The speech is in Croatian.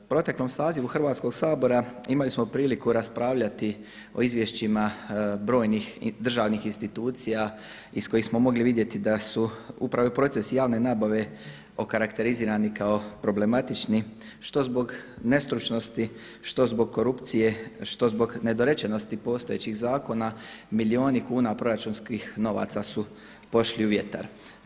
U proteklom sazivu Hrvatskoga sabora imali smo priliku raspravljati o izvješćima brojnih državnih institucija iz kojih smo mogli vidjeti da su upravo procesi javne nabave okarakterizirani kao problematični što zbog nestručnosti, što zbog korupcije, što zbog nedorečenosti postojećih zakona milijuni kuna proračunskih novaca su pošli u vjetar.